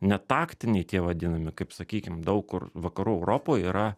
ne taktiniai tie vadinami kaip sakykim daug kur vakarų europoj yra